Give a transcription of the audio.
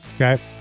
okay